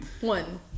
one